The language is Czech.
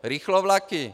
Rychlovlaky?